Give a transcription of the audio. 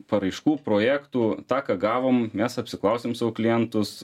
paraiškų projektų tą ką gavom mes apsiklausiam savo klientus